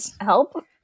help